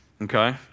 Okay